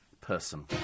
person